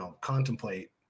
contemplate